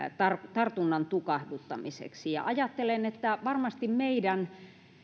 tartunnan tukahduttamiseksi ajattelen että varmasti meidän